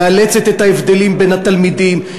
מאלצת את ההבדלים בין התלמידים,